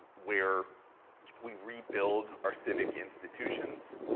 where we rebuild our civic institutions,